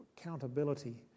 accountability